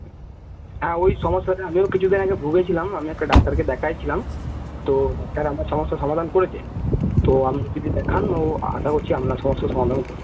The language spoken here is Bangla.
হম হ্যাঁ ওই সমস্যাটা আমিও কিছু দিন আগে ভুগেছিলাম আমি একটা ডাক্তারকে দেখিয়েছিলাম তো ডাক্তার আপনার সমস্যাার সমাধান করেছে তো আপনি যদি দেখান ও আশা করছি আপনার সমস্যা সমাধান করবে